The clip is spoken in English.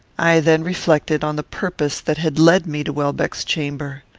i then reflected on the purpose that had led me to welbeck's chamber.